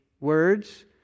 words